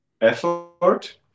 effort